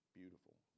beautiful